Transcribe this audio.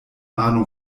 ahnung